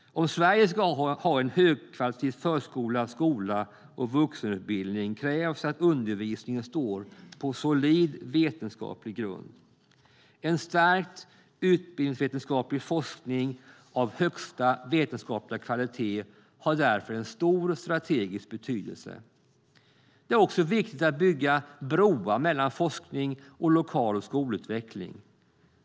Om Sverige ska ha en högkvalitativ förskola, skola och vuxenutbildning krävs att undervisningen står på solid vetenskaplig grund. En stärkt utbildningsvetenskaplig forskning av högsta vetenskapliga kvalitet har därför en stor strategisk betydelse. Det är också viktigt att bygga broar mellan forskning och lokal skolutveckling.